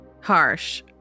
Harsh